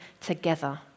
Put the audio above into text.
together